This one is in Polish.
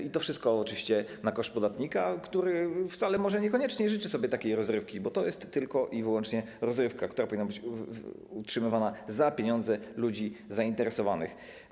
I to wszystko oczywiście na koszt podatnika, który może wcale niekoniecznie życzy sobie takiej rozrywki, bo to jest tylko i wyłącznie rozrywka, która powinna być utrzymywana za pieniądze ludzi zainteresowanych.